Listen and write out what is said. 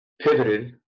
pivoted